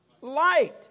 light